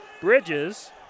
Bridges